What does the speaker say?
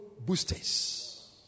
boosters